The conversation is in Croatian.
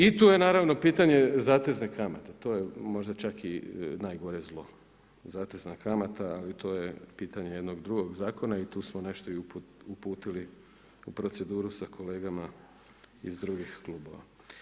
I tu je naravno pitanje zateznih kamata, to je možda čak i najgore zlo, zatezna kamata i to je pitanje jednog drugog zakona i tu smo nešto i uputili u proceduru sa kolegama iz drugih klubova.